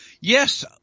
Yes